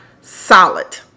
solid